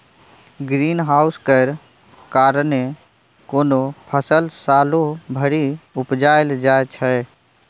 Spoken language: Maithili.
ग्रीन हाउस केर कारणेँ कोनो फसल सालो भरि उपजाएल जाइ छै